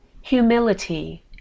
humility